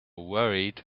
worried